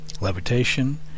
levitation